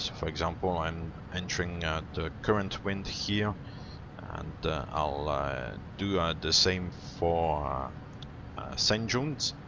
for example i am entering ah the current wind here and i'll do the same for st johns